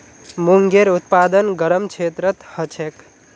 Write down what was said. मूंगेर उत्पादन गरम क्षेत्रत ह छेक